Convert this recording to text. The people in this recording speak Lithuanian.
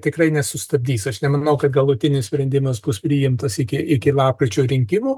tikrai nesustabdys aš nemanau kad galutinis sprendimas bus priimtas iki lapkričio rinkimų